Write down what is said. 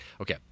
okay